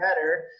better